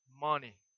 money